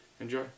Enjoy